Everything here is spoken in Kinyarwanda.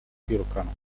kwirukanwa